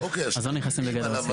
אז לא נכנסים לגדר הסעיף.